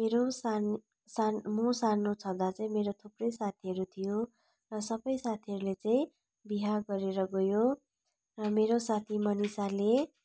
मेरो सानो सानो म सानो छँदा चाहिँ मेरो थुप्रै साथीहरू थियो र सबै साथीहरूले चाहिँ विवाह गरेर गयो र मेरो साथी मनिसाले